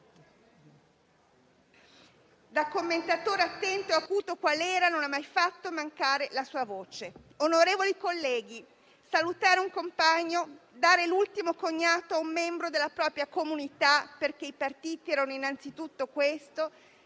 commentatore attento e acuto qual era non ha mai fatto mancare la sua voce. Onorevoli colleghi, salutare un compagno, dare l'ultimo commiato a un membro della propria comunità, perché i partiti erano innanzitutto questo,